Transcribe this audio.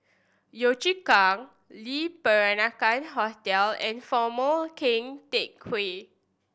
Yio Chu Kang Le Peranakan Hotel and Former Keng Teck Whay